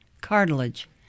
cartilage